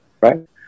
right